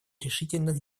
решительных